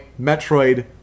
Metroid